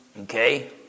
Okay